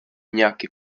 nějaké